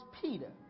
Peter